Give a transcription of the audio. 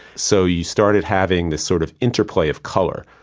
so you started having this sort of interplay of color,